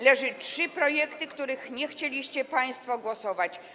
Leżą trzy projekty, nad którymi nie chcieliście państwo głosować.